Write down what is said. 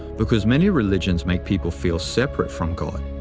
because many religions make people feel separate from god.